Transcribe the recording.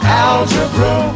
algebra